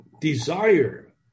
desire